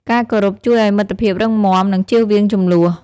ការគោរពជួយឲ្យមិត្តភាពរឹងមាំ និងជៀសវាងជម្លោះ។